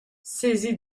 saisi